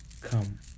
come